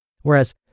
whereas